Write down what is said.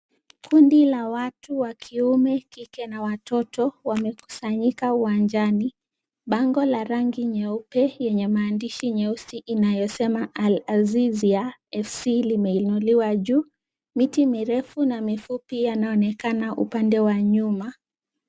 Kundi la watu wa kiume, kike na watoto wamekusanyika uwanjani. Bango la rangi nyeupe yenye maandishi nyeusi inayosema Alhazizia FC limeinuliwa juu. Miti mirefu na mifupi yanaonekana upande wa nyuma.